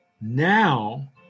Now